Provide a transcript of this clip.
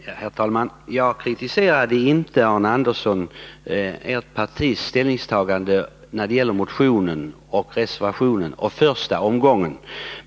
Herr talman! Jag kritiserade inte, Arne Andersson, ert partis ställningstagande när det gäller motionen och reservationen och första omgången av det hela.